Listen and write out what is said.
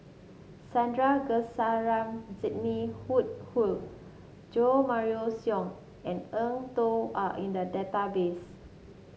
Sandrasegaran Sidney Woodhull Jo Marion Seow and Eng Tow are in the database